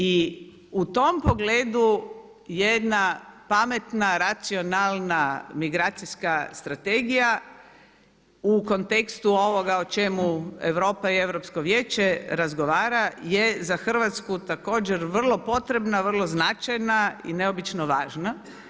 I u tom pogledu jedna pametna racionalna migracijska strategija u kontekstu ovoga o čemu Europa i Europsko vijeće razgovara je za Hrvatsku također vrlo potrebna, vrlo značajna i neobično važna.